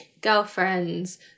Girlfriends